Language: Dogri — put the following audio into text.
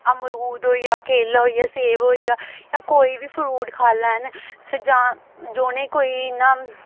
अमरूद होई गेआ केला होई गेआ सेब होई गेआ इ'यां कोई बी फ्रूट खाई लैन ते जां जो उ'नें गी कोई इ'यां